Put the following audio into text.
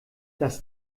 das